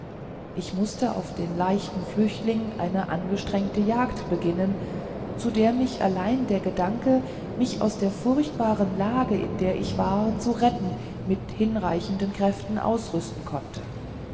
ich mußte auf den leichten flüchtling eine angestrengte jagd beginnen zu der mich allein der gedanke mich aus der furchtbaren lage in der ich war zu retten mit hinreichenden kräften ausrüsten konnte